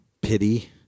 pity